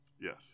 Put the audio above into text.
Yes